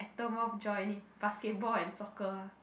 ectomorph join in basketball and soccer ah